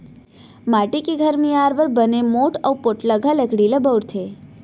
माटी के घर मियार बर बने मोठ अउ पोठलगहा लकड़ी ल बउरथे